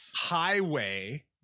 highway